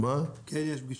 יש פגישה.